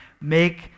Make